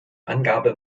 angabe